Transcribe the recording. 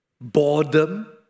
boredom